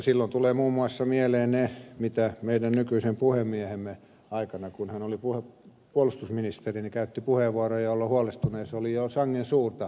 silloin tulevat muun muassa mieleen ne puheenvuorot mitä meidän nykyinen puhemiehemme käytti aikanaan kun hän oli puolustusministeri jolloin huolestuneisuus oli jo sangen suurta